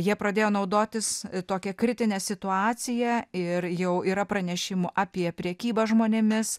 jie pradėjo naudotis tokia kritine situacija ir jau yra pranešimų apie prekybą žmonėmis